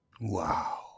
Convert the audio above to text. wow